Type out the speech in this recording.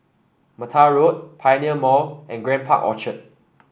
Mattar Road Pioneer Mall and Grand Park Orchard